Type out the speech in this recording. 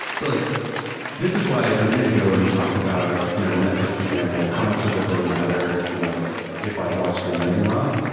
so like this is why a minute ago when you talked about you know the netflix example, how much is it really matter you know if if i watched le mis or not.